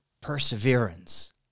Perseverance